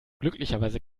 glücklicherweise